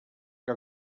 que